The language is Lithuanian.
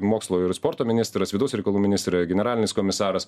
mokslo ir sporto ministras vidaus reikalų ministrė generalinis komisaras